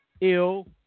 ill